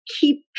keep